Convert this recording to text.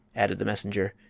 added the messenger,